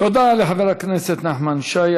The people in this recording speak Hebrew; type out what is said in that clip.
תודה לחבר הכנסת נחמן שי.